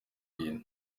n’ibintu